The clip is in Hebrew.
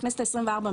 בכנסת ה-24,